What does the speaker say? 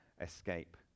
escape